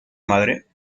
madre